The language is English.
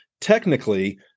technically